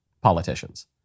politicians